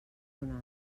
donat